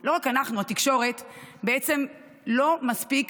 לא רק אנחנו, התקשורת בעצם לא מספיק